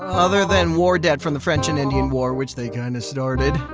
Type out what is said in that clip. other than war debt from the french and indian war which they kinda started.